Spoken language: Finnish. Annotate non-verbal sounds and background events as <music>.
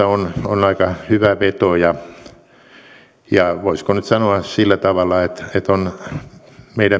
<unintelligible> on aika hyvä veto ja voisiko nyt sanoa sillä tavalla että meidän